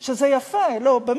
בישיבת הסיעה, שזה יפה, באמת,